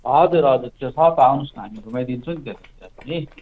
हजुर हजुर त्यो छ त आउनुहोस् न हामी घुमाइदिन्छौँ नि त्यतातिर पनि